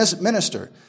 minister